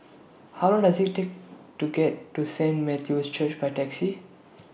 How Long Does IT Take to get to Saint Matthew's Church By Taxi